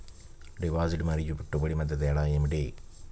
Deposit మరియు పెట్టుబడి మధ్య తేడా ఏమిటి?